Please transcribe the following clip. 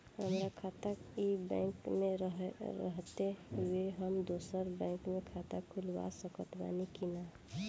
हमार खाता ई बैंक मे रहते हुये हम दोसर बैंक मे खाता खुलवा सकत बानी की ना?